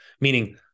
meaning